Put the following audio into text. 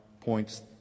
points